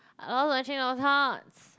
I lost my train of thoughts